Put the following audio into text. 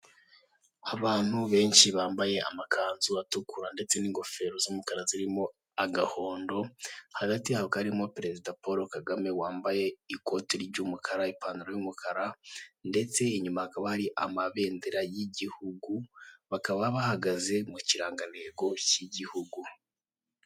Abantu benshi bambaye amakanzu atukura ndetse n'ingofero z'umukara zirimo agahondo ,hagati y'abo hakaba harimo perezida paul kagame wambaye ikote ry'umukara ,ipantaro y'umukara ndetse inyuma hakaba hari amabendera y'igihugubakaba bahagaze ku ikirangantego cy'igihugu.